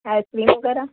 ice cream वग़ैरह